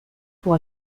pour